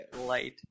light